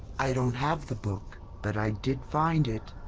i don't have the book. but i did find it.